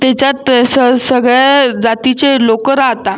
त्याच्यात ते स सगळ्या जातीचे लोकं राहतात